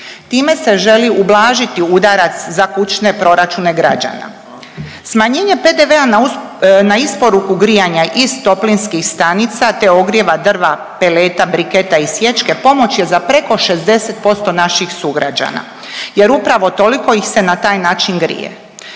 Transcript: Time se želi ublažiti udarac za kućne proračune građana. Smanjenje PDV-a na isporuku grijanja iz toplinskih stanica te ogrijeva drva, peleta, briketa i sječke, pomoć je za preko 60% naših sugrađana jer upravo toliko ih se na taj način grije.